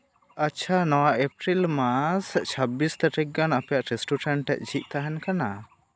ᱟᱪᱪᱷᱟ ᱱᱚᱣᱟ ᱮᱯᱨᱤᱞ ᱢᱟᱥ ᱪᱷᱟᱵᱵᱤᱥ ᱛᱟᱨᱤᱠᱷ ᱜᱟᱱ ᱟᱯᱮᱭᱟᱜ ᱨᱮᱥᱴᱩᱨᱮᱱᱴ ᱴᱟᱡ ᱡᱷᱤᱡ ᱛᱟᱦᱮᱱ ᱠᱟᱱᱟ